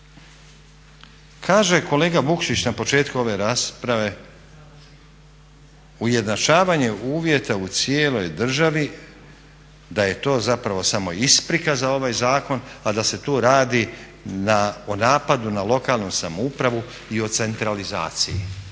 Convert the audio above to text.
Kaže kolega Vukšić na početku ove rasprave ujednačavanje uvjeta u cijeloj državi da je to zapravo samo isprika za ovaj zakon a da se tu radi o napadu na lokalnu samoupravu i o centralizaciji,